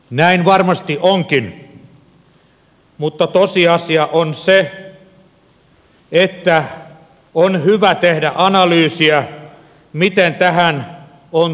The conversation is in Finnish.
näin varmasti onkin mutta tosiasia on se että on hyvä tehdä analyysiä miten tähän on tultu